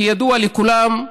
כידוע לכולם,